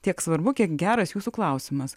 tiek svarbu kiek geras jūsų klausimas